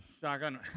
Shotgun